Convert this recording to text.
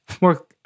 more